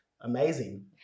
amazing